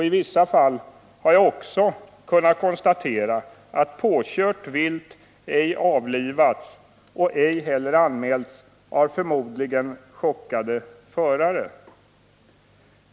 I vissa fall har jag också kunnat konstatera att påkört vilt ej avlivats och ej heller anmälts av förmodligen chockade förare.